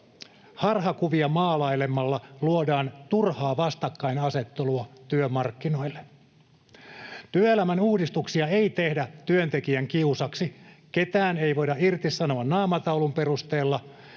harhakuvia maalailemalla luodaan turhaa vastakkainasettelua työmarkkinoille. Työelämän uudistuksia ei tehdä työntekijän kiusaksi. Ketään ei voida irtisanoa naamataulun perusteella,